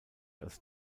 als